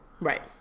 Right